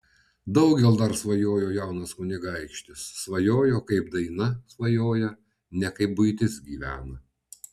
daugel dar svajojo jaunas kunigaikštis svajojo kaip daina svajoja ne kaip buitis gyvena